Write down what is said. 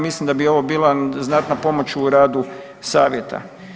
Mislim da bi ovo bila znatna pomoć u radu savjeta.